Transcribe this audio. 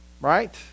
Right